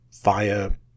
fire